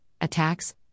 attacks